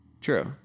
True